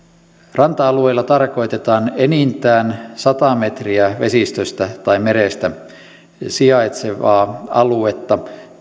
ranta alueella tarkoitetaan enintään sata metriä vesistöstä tai merestä sijaitsevaa aluetta